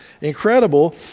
incredible